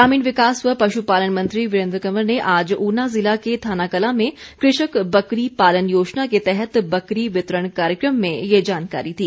ग्रामीण विकास व पशुपालन मंत्री वीरेन्द्र कंवर ने आज ऊना जिला के थानाकलां में कृषक बकरी पालन योजना के तहत बकरी वितरण कार्यक्रम में ये जानकारी दी